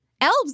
Elves